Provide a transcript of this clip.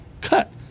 cut